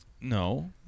No